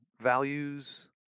values